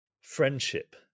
friendship